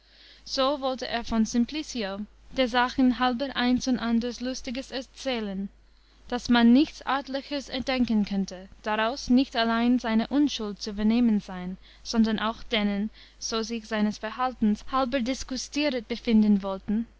so wollte er von simplicio der sachen halber eins und anders lustiges erzählen daß man nichts artlichers erdenken könnte daraus nicht allein seine unschuld zu vernehmen sein sondern auch denen so sich seines verhaltens halber disgustieret befinden wollten